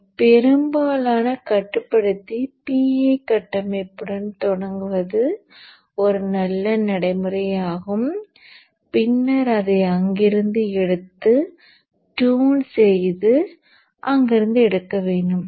எனவே பெரும்பாலான கட்டுப்படுத்திக் PI கட்டமைப்புடன் தொடங்குவது ஒரு நல்ல நடைமுறையாகும் பின்னர் அதை அங்கிருந்து எடுத்து டியூன் செய்து அங்கிருந்து எடுக்க வேண்டும்